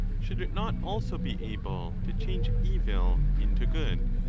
should it not also be able to change evil into good